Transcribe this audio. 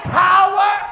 power